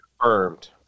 confirmed